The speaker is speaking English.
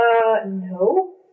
no